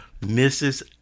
mrs